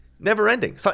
Never-ending